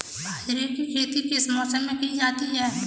बाजरे की खेती किस मौसम में की जाती है?